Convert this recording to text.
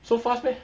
so fast meh